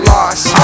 Lost